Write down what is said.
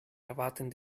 erwarten